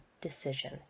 decision